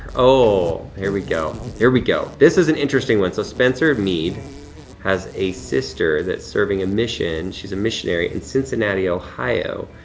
oh, here we go, here we go. this is an interesting one. so, spencer mead has a sister that's serving a mission she's a missionary in cincinnati, ohio.